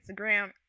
Instagram